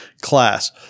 class